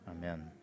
amen